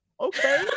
okay